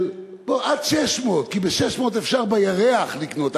עד 600, כי ב-600 אפשר בירח לקנות.